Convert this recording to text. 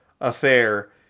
affair